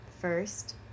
First